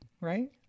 right